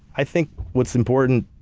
i think what's important